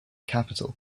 capital